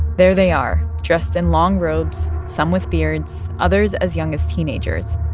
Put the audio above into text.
there they are, dressed in long robes, some with beards, others as young as teenagers,